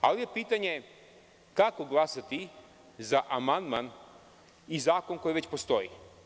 Pitanje je – kako glasati za amandman i zakon koji već postoji?